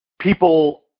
people